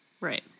Right